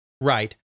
Right